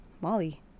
Molly